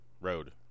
road